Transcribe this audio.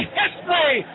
history